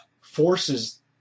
forces